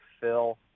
Phil